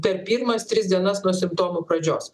per pirmas tris dienas nuo simptomų pradžios